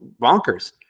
bonkers